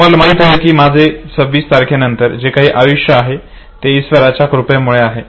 तुम्हाला माहित आहे माझे 26 तारखेनंतर जे काही आयुष्य आहे ते ईश्वराच्या कृपेमुळे आहे